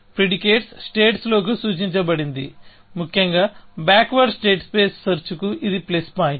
ప్రెడికేట్స్స్టేట్ లోకి సూచించబడింది ముఖ్యంగా బ్యాక్వర్డ్ స్టేట్ స్పేస్ సెర్చ్ కు ఇది ప్లస్ పాయింట్